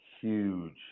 huge